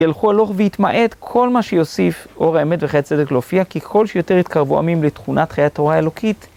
ילכו הלוך ויתמעט כל מה שיוסיף אור האמת וחיי הצדק להופיע, כי כל שיותר יתקרבו עמים לתכונת חיי התורה האלוקית.